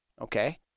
okay